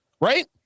right